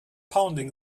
pounding